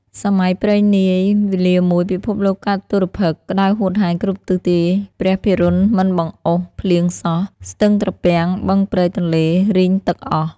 សម័យព្រេងនាយ វេលាមួយ ពិភពលោកកើតទុរភិក្សក្តៅហួតហែងគ្រប់ទិសទី ព្រះពិរុណមិនបង្អុរភ្លៀងសោះ ស្ទឹងត្រពាំង បឹងព្រែកទន្លេរីងទឹកអស់។